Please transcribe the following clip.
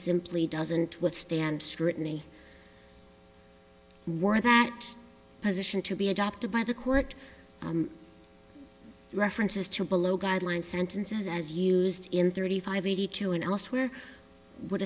simply doesn't withstand scrutiny were that position to be adopted by the court references to below guideline sentences as used in thirty five eighty two and elsewhere w